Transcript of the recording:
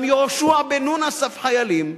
גם יהושע בן נון אסף חיילים,